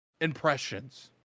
impressions